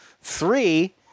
three